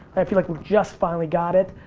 i feel like we've just finally got it.